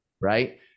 right